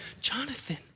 Jonathan